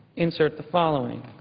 insert the following